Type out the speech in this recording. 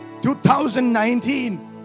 2019